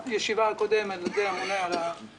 בישיבה הקודמת על ידי הממונה על התקציבים,